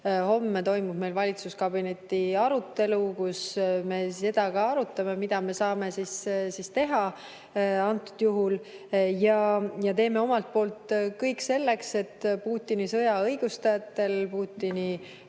Homme toimub meil valitsuskabineti arutelu, kus me arutame, mida me saame praegusel juhul teha. Teeme omalt poolt kõik selleks, et Putini sõja õigustajatel, Putini